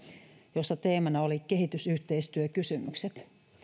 jossa teemana olivat kehitysyhteistyökysymykset kun